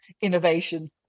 innovation